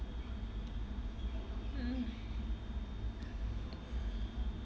mm